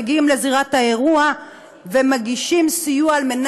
מגיעים לזירת האירוע ומגישים סיוע כדי